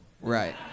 Right